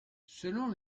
selon